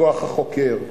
בכוח החוקר.